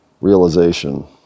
realization